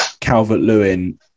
Calvert-Lewin